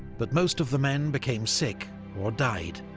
but most of the men became sick or died.